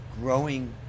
growing